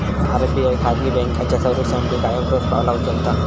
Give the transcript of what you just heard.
RBI खाजगी बँकांच्या संरक्षणासाठी कायम ठोस पावला उचलता